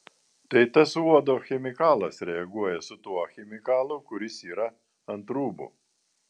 tai tas uodo chemikalas reaguoja su tuo chemikalu kuris yra ant rūbų